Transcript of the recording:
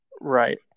right